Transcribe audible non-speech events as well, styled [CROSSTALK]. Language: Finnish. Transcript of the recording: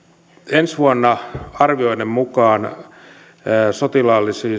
ensi vuonna arvioiden mukaan sotilaallisiin [UNINTELLIGIBLE]